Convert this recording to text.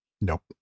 Nope